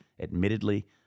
Admittedly